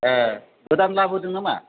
ए गोदान लाबोदों नामा